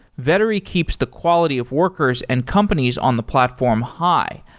vettery keeps the quality of workers and companies on the platform high,